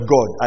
God